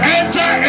enter